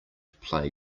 play